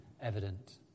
evident